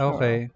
Okay